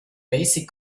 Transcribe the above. basic